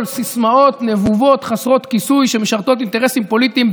סיסמאות נבובות חסרות כיסוי שמשרתות אינטרסים פוליטיים,